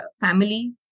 family